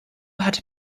hat